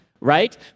right